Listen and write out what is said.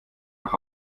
nach